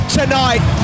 tonight